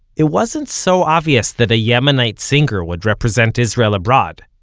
it wasn't so obvious that a yemenite singer would represent israel abroad.